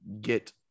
get